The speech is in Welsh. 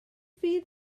fydd